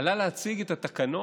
עלה להציג את התקנות,